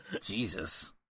Jesus